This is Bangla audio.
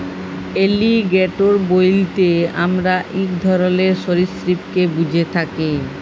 এলিগ্যাটোর বইলতে আমরা ইক ধরলের সরীসৃপকে ব্যুঝে থ্যাকি